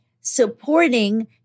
supporting